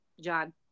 John